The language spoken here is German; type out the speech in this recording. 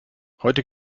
heute